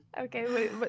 Okay